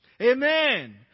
Amen